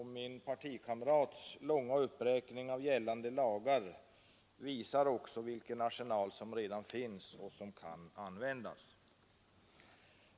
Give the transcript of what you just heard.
Min partikamrats långa uppräkning av gällande lagar visade ju vilken arsenal som redan finns och kan användas.